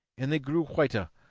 and they grew whiter.